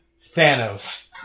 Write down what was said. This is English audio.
Thanos